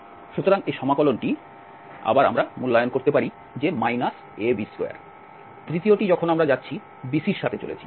সুতরাং এই সমাকলনটি আবার আমরা মূল্যায়ন করতে পারি যে ab2 তৃতীয়টি যখন আমরা যাচ্ছি BC এর সাথে চলছি